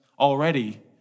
Already